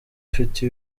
afite